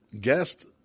guest